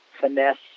finesse